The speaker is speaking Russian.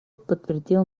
подтвердил